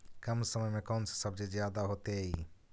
कम समय में कौन से सब्जी ज्यादा होतेई?